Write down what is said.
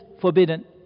forbidden